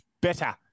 better